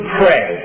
pray